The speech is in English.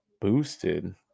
boosted